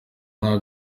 nta